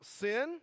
sin